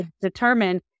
determine